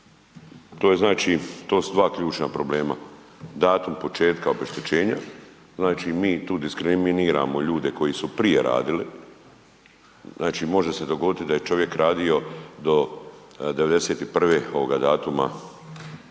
To je znači, to su dva ključna problema, datum početka obeštećenja, znači mi tu diskriminiramo ljude koji su prije radili, znači može se dogoditi da je čovjek radio do '91. ovoga